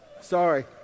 sorry